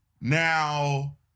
Now